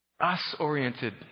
us-oriented